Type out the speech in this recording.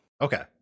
Okay